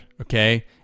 okay